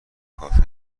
کافی